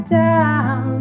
down